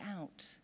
out